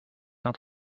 not